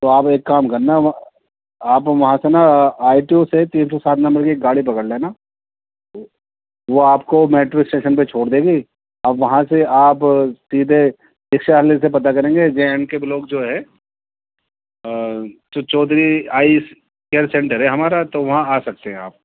تو آپ ایک کام کرنا آپ وہاں سے نا آئی ٹی او سے تین سو سات نمبر کی ایک گاڑی پکڑ لینا وہ آپ کو میٹرو اسٹیشن پہ چھوڑ دے گی اور وہاں سے آپ سیدھے رکشہ والے سے پتہ کریں گے جے این کے بلاک جو ہے جو چودھری آئس کیئر سینٹر ہے ہمارا تو وہاں آسکتے ہیں آپ